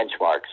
benchmarks